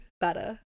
better